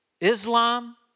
Islam